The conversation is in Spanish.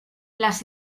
las